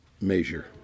measure